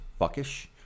fuckish